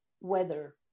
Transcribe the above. Weather